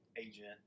agent